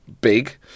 big